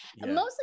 mostly